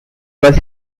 was